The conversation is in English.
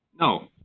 No